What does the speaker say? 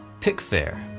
pickfair.